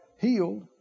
healed